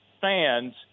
fans